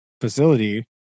facility